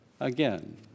Again